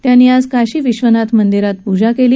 त्यांनी आज काशी विद्वनाथ मंदिरात पूजा केली